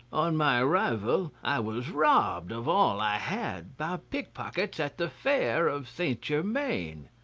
on my arrival i was robbed of all i had by pickpockets at the fair of st. germain.